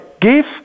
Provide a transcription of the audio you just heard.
give